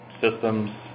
systems